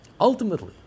ultimately